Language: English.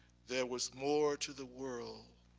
there was more to the world